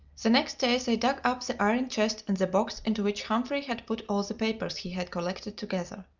the next day they dug up the iron chest and the box into which humphrey had put all the papers he had collected together.